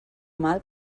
mal